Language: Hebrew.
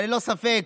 ללא ספק,